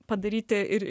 padaryti ir